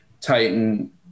Titan